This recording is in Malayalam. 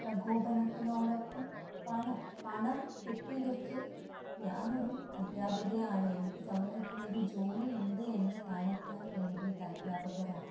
പ്രകോപനത്തിനോടൊപ്പം പണം പണം കെട്ടി വെച്ച് ഞാനൊരു അദ്ധ്യാപികയാണ് എനിക്ക് സമൂഹത്തിൽ ഒരു ജോലി ഉണ്ട് എന്ന് കാണിക്കാൻ വേണ്ടീട്ട് അദ്ധ്യാപകരായവരും